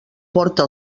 porta